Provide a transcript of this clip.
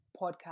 podcast